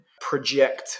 project